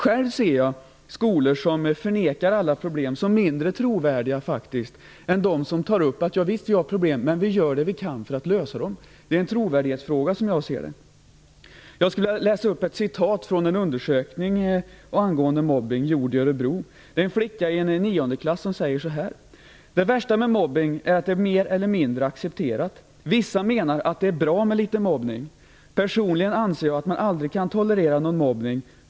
Själv ser jag skolor som förnekar alla problem som mindre trovärdiga än de som säger att de har problem men att de gör vad de kan för att lösa dem. Det är en trovärdighetsfråga. Jag skulle vilja läsa upp ett citat från en undersökning angående mobbning gjord i Örebro. En flicka i klass 9 säger så här: "Det värsta med mobbning är att det är mer eller mindre accepterat. Vissa menar att det är bra med litet mobbning. Personligen anser jag att man aldrig kan tolerera någon mobbning.